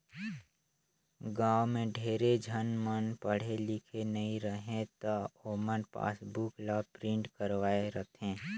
गाँव में ढेरे झन मन पढ़े लिखे नई रहें त ओमन पासबुक ल प्रिंट करवाये रथें